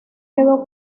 quedó